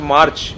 March